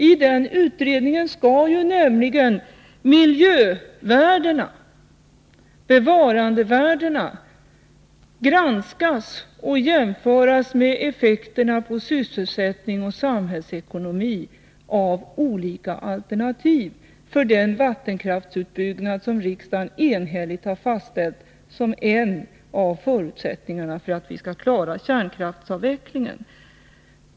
I den utredningen skall nämligen miljövärdena, bevarandevärdena, granskas och jämföras med effekterna på sysselsättning och samhällsekonomi av olika alternativ för den vattenkraftsutbyggnad som riksdagen enhälligt har fastställt som en av förutsättningarna för att vi skall klara kärnkraftavvecklingen.